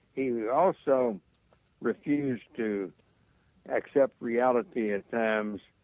he also refused to accept reality at times.